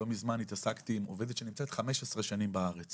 לא מזמן התעסקתי עם עובדת שנמצאת 15 שנים בארץ